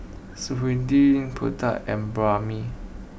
Sudhir Pratap and